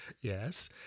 yes